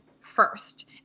first